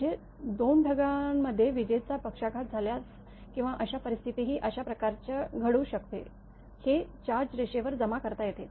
म्हणजे दोन ढगांमध्ये विजेचा पक्षाघात झाल्यास किंवा अशा परिस्थितीतही अशा प्रकारचे घडू शकते हे चार्ज रेषेवर जमा करता येते